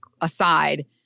aside